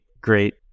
great